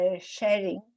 sharing